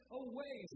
away